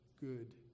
good